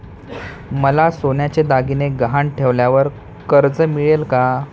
मला सोन्याचे दागिने गहाण ठेवल्यावर कर्ज मिळेल का?